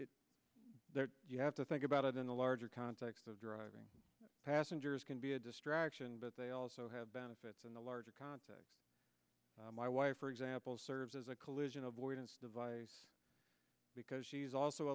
crash you have to think about it in the larger context of driving passengers can be a distraction but they also have benefits in the larger context my wife for example serves as a collision avoidance device because she's also